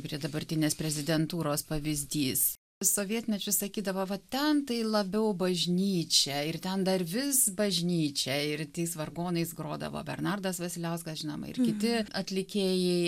prie dabartinės prezidentūros pavyzdys sovietmečiu sakydavo va ten tai labiau bažnyčia ir ten dar vis bažnyčia ir tais vargonais grodavo bernardas vasiliauskas žinoma ir kiti atlikėjai